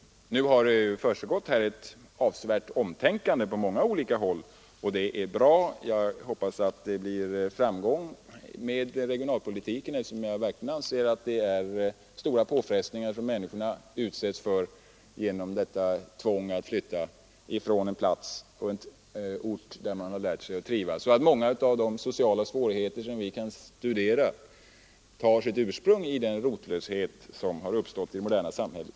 Nu har det skett ett avsevärt omtänkande på många olika håll, och det är bra. Jag hoppas att regionalpolitiken blir framgångsrik, eftersom jag anser att människorna utsätts för stora påfrestningar genom tvånget att flytta från en ort där de lärt sig trivas. Jag tror också att många av de sociala svårigheter som vi kan se har sitt ursprung i den rotlöshet som uppstått i det moderna samhället.